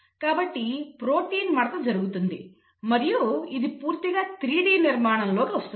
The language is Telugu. కాబట్టి ప్రోటీన్ మడత జరుగుతుంది మరియు ఇది పూర్తిగా 3 D నిర్మాణంలోకి వస్తుంది